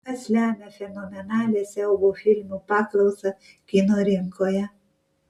kas lemia fenomenalią siaubo filmų paklausą kino rinkoje